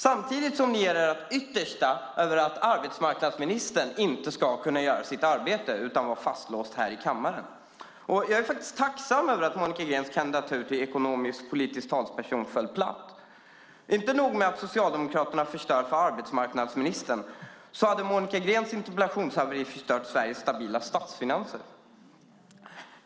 Samtidigt gör ni ert yttersta för att arbetsmarknadsministern inte ska kunna göra sitt arbete utan vara fastlåst här i kammaren. Jag är tacksam över att Monica Greens kandidatur till ekonomisk-politisk talesperson föll platt. Inte nog med att Socialdemokraterna förstör för arbetsmarknadsministern, dessutom hade Monica Greens interpellationshaveri förstört Sveriges stabila statsfinanser.